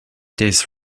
this